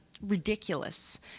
ridiculous